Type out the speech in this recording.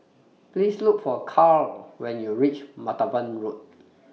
Please Look For Caryl when YOU REACH Martaban Road